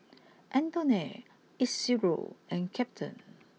Antoinette Isidro and Captain